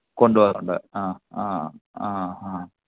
കൊണ്ട് പോവാനുണ്ട് ആ ആ ആ ഹാ